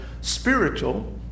spiritual